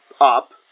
up